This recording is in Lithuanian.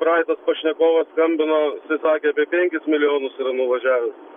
praeitas pašnekovas skambino tai sakė apie penkis milijonus yra nuvažiavęs